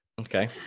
Okay